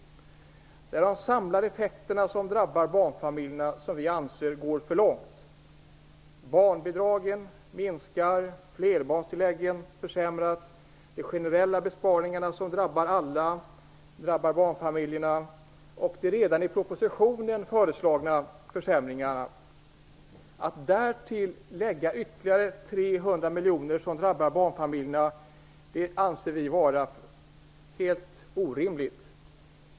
Vi anser att de samlade effekterna som drabbar barnfamiljerna går för långt. Barnbidragen minskar och flerbarnstilläggen försämras. De generella besparingarna drabbar alla och även barnfamiljerna. Därutöver kommer de redan i propositionen föreslagna försämringarna. Att därtill lägga ytterligare 300 miljoner i besparingar som drabbar barnfamiljerna anser vi vara helt orimligt.